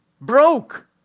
broke